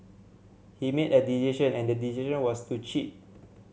he made a decision and the decision was to cheat